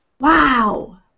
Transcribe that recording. wow